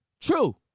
True